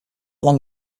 long